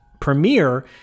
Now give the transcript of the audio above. premiere